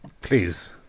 please